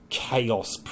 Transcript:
chaos